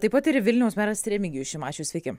taip pat ir vilniaus meras remigijus šimašius sveiki